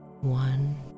one